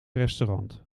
restaurant